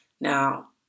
Now